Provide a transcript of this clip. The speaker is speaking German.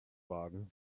wagen